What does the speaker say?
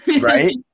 right